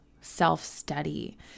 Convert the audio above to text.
self-study